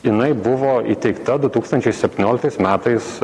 jinai buvo įteikta du tūkstančiai septyniolktais metais